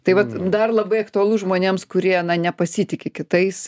tai vat dar labai aktualu žmonėms kurie na nepasitiki kitais